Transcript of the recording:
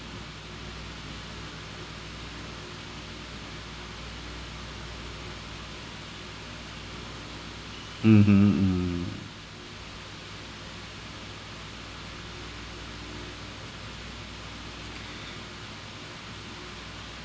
mmhmm mm